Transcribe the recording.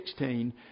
16